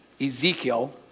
Ezekiel